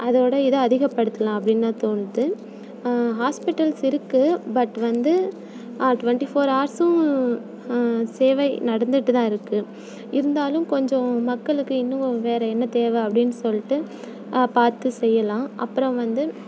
அதோடய இதை அதிகப்படுத்தலாம் அப்படின்னு தான் தோணுது ஹாஸ்பிட்டல்ஸ் இருக்குது பட் வந்து ட்வெண்ட்டி ஃபோர் ஹார்ஸும் சேவை நடந்துகிட்டு தான் இருக்குது இருந்தாலும் கொஞ்சம் மக்களுக்கு இன்னும் வேறு என்ன தேவை அப்படின்னு சொல்ட்டு பார்த்து செய்யலாம் அப்புறம் வந்து